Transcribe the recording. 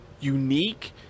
unique